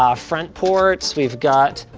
um front ports, we've got,